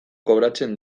kobratzen